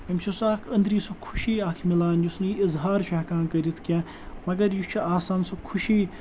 أمِس چھُ سُہ اکھ أنٛدری سُہ خوشی اَکھ مِلان یُس نہٕ یہِ اِظہار چھُ ہیٚکان کٔرِتھ کینٛہہ مگر یہِ چھُ آسان سُہ خوشی